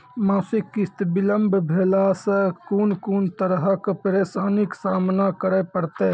मासिक किस्त बिलम्ब भेलासॅ कून कून तरहक परेशानीक सामना करे परतै?